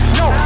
no